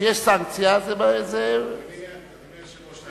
אדוני היושב-ראש,